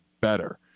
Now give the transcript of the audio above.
better